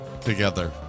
together